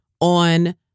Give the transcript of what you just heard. on